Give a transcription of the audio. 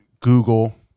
google